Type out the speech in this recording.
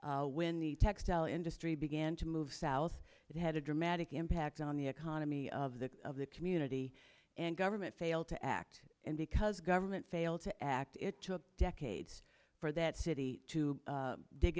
began when the textile industry began to move south it had a dramatic impact on the economy of the of the community and government failed to act and because government failed to act it took decades for that city to